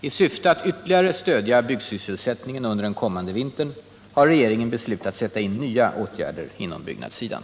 I syfte att ytterligare stödja byggsysselsättningen under den kommande vintern har regeringen beslutat sätta in nya åtgärder på byggnadssidan.